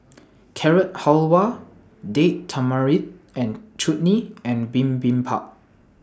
Carrot Halwa Date Tamarind and Chutney and Bibimbap